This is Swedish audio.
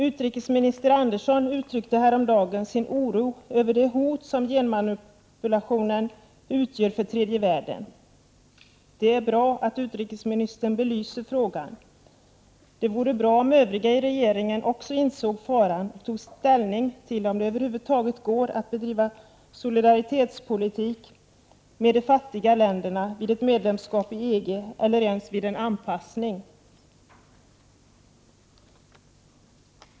Utrikesminister Sten Andersson uttryckte häromdagen sin oro över det hot som genmanipulationen utgör för tredje världen. Det är bra att utrikesministern belyser frågan. Det vore bra om övriga i regeringen också insåg faran och tog ställning till om det över huvud taget går att bedriva solidaritetspolitik med de fattiga länderna vid ett medlemskap i EG eller ens vid en anpassning.